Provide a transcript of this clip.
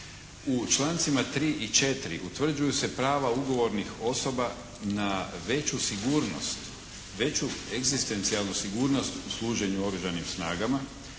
U člancima 3. i 4. utvrđuju se prava ugovornih osoba na veću sigurnost, veću egzistencijalnu sigurnost u služenju oružanim snagama